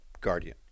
guardian